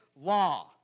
law